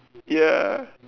ya